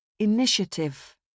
Initiative